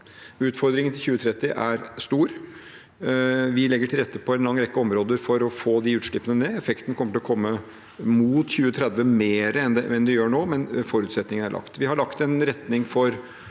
Utfordringen til 2030 er stor. Vi legger på en lang rekke områder til rette for å få de utslippene ned. Effekten kommer til å komme mot 2030 mer enn den gjør nå, men forutsetningen er lagt. Vi har lagt en retning for